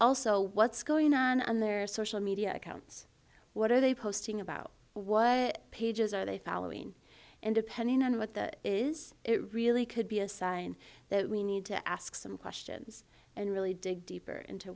also what's going on on their social media accounts what are they posting about what pages are they following and depending on what that is it really could be a sign that we need to ask some questions and really dig deeper into